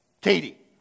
Katie